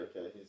Okay